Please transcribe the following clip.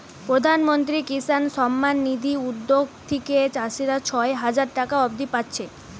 প্রধানমন্ত্রী কিষান সম্মান নিধি উদ্যগ থিকে চাষীরা ছয় হাজার টাকা অব্দি পাচ্ছে